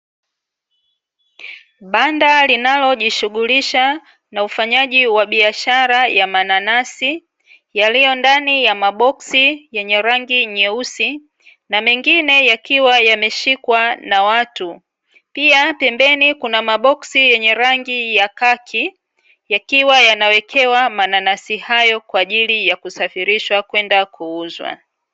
Banda linalojishughulisha na ufanyaji wa biashara ya mananasi, yaliyondani ya maboksi yenye rangi nyeusi na mengine yakiwa yameshikwa na watu, pia pembeni kuna maboksi yenye rangi ya kaki, yakiwa yanawekewa mananasi hayo kwa ajili ya kusafirishwa kwenda kuuzwa.